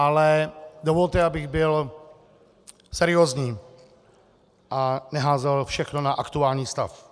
Ale dovolte, abych byl seriózní a neházel všechno na aktuální stav.